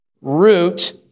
Root